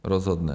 Rozhodne.